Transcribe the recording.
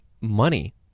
money